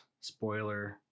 spoiler